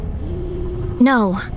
No